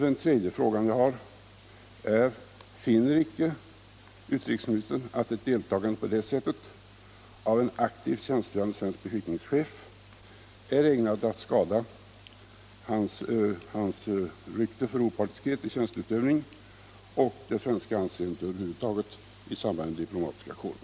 Den tredje frågan jag har är: Finner icke utrikesministern att ett deltagande i detta slags verksamhet av en aktivt tjänstgörande svensk beskickningschef är ägnat att skada hans rykte för opartiskhet i tjänsteutövningen och det svenska anseendet över huvud taget i samband med den diplomatiska verksamheten?